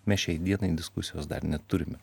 mes šiai dienai diskusijos dar neturime